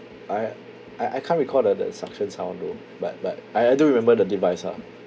I I I can't recall the the suction sound though but but I I do remember the device ah